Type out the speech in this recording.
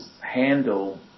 handle